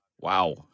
Wow